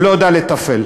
הוא לא יודע לתפעל.